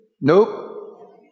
Nope